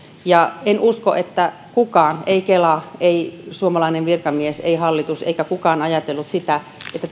enkä usko että kukaan ei kela ei suomalainen virkamies ei hallitus eikä kukaan on ajatellut sitä että